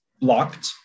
blocked